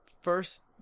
First